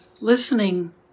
listening